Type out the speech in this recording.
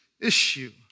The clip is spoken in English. issue